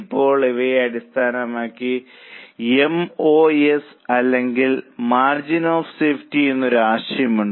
ഇപ്പോൾ ഇവയെ അടിസ്ഥാനമാക്കി എം ഓ എസ് അല്ലെങ്കിൽ മാർജിൻ ഓഫ് സേഫ്റ്റി എന്നൊരു ആശയം ഉണ്ട്